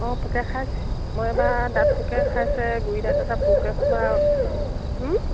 অঁ পোকে খাইছে মই এইবাৰ দাঁত পোকে খাইছে গুৰি দাঁত এটা পোকে খোৱা